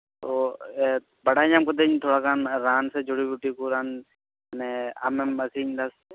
ᱚ ᱵᱟᱰᱟᱭ ᱧᱟᱢ ᱠᱟᱹᱫᱟᱹᱧ ᱛᱷᱚᱲᱟ ᱜᱟᱱ ᱨᱟᱱ ᱥᱮ ᱡᱩᱲᱤᱵᱩᱴᱤ ᱠᱚ ᱨᱟᱱ ᱟᱢᱮᱢ ᱟᱹᱠᱷᱨᱤᱧᱮᱫᱟ ᱥᱮ ᱪᱮᱫ